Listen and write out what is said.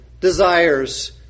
desires